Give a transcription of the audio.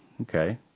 okay